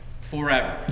forever